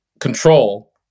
Control